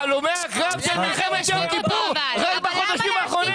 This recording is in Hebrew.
הלומי הקרב של מלחמת יום כיפור --- אבל למה להשתיק אותו?